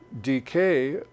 decay